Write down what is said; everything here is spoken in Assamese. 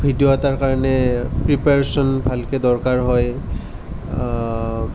ভিডিঅ' এটাৰ কাৰণে প্ৰীপাৰেশ্বন ভালকৈ দৰকাৰ হয়